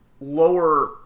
lower